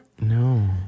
No